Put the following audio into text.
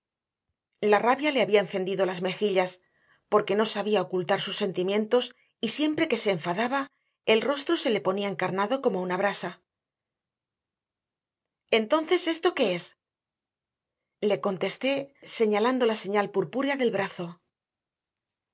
la rabia le había encendido las mejillas porque no sabía ocultar sus sentimientos y siempre que se enfadaba el rostro se le ponía encarnado como una brasa entonces esto qué es le contesté señalando la señal purpúrea que el brazo